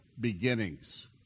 beginnings